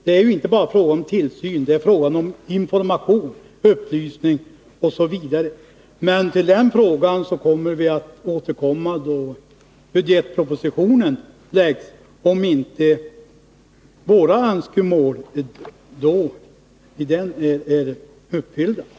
Det är inte bara fråga om tillsyn, det är fråga om information, upplysning osv. Men till den frågan återkommer vi då Skogsbruk och budgetpropositionen läggs fram, om inte våra önskemål är uppfyllda då.